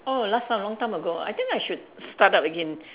oh last time long time go I think I should start up again